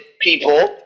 people